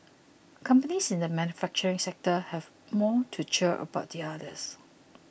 companies in the manufacturing sector have more to cheer about than others